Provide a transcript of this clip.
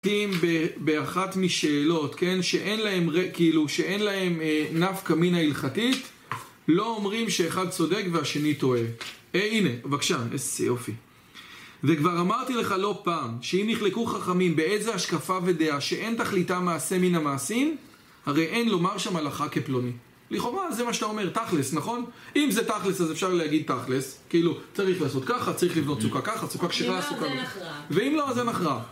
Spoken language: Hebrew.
באחת משאלות, כן, שאין להם, כאילו, שאין להם נפקא מינא הלכתית לא אומרים שאחד צודק והשני טועה הנה, בבקשה, איזה יופי וכבר אמרתי לך לא פעם, שאם נחלקו חכמים באיזה השקפה ודעה שאין תכליתה מעשה מן המעשים הרי אין לומר שם הלכה כפלוני לכאורה זה מה שאתה אומר, תכלס, נכון? אם זה תכלס אז אפשר להגיד תכלס כאילו, צריך לעשות ככה, צריך לבנות סוכה ככה, סוכה כשרה סוכה ככה ואם לא אז זה נחרא